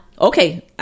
Okay